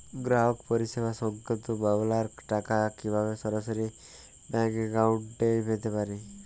গ্রাহক পরিষেবা সংক্রান্ত মামলার টাকা কীভাবে সরাসরি ব্যাংক অ্যাকাউন্টে পেতে পারি?